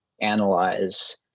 analyze